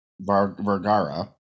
Vergara